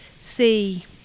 see